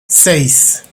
seis